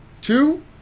Two